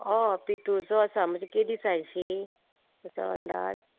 हय पितूळ जो आसा म्हणजे किदें सायजशी असो अंदाज